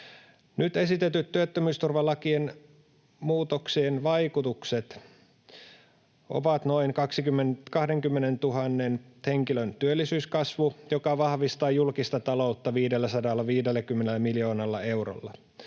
Nyt esitettyjen työttömyysturvalain muutoksien vaikutuksiin kuuluu noin 20 000 henkilön työllisyyskasvu, joka vahvistaa julkista taloutta 550 miljoonalla eurolla.